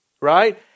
right